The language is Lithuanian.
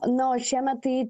na o šiemet tai